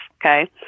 Okay